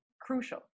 crucial